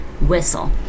whistle